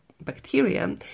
bacteria